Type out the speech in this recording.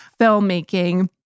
filmmaking